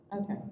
Okay